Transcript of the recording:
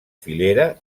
filera